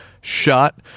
shot